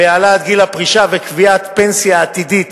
והעלאת גיל הפרישה וקביעת פנסיה עתידית